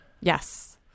Yes